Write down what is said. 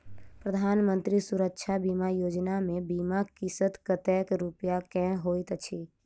प्रधानमंत्री सुरक्षा बीमा योजना मे बीमा किस्त कतेक रूपया केँ होइत अछि?